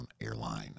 airline